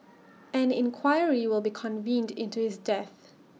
an inquiry will be convened into his death